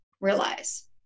realize